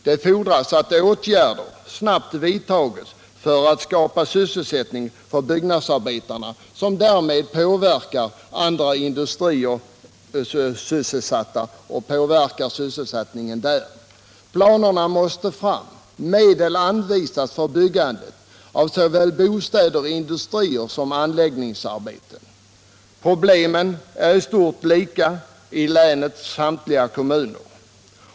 Åtgärder måste snabbt vidtas för att skapa sysselsättning för byggnadsarbetarna, vilket också påverkar sysselsättningen inom andra industrier. Planer måste fram och medel anvisas för byggande av bostäder och industrier samt för anläggningsarbeten. Problemen är i stort lika i länets samtliga kommuner.